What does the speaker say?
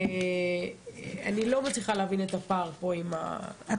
אני לא מצליחה להבין את הפער פה עם --- את